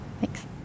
Thanks